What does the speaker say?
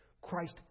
Christ